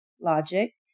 logic